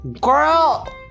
Girl